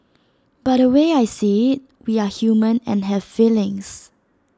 but the way I see IT we are human and have feelings